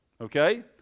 okay